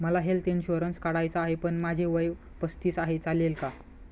मला health insurance काढायचा आहे पण माझे वय पस्तीस आहे, चालेल का?